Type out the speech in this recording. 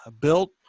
built